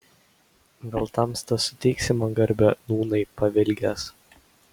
gal tamsta suteiksi man garbę nūnai pavilgęs